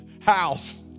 house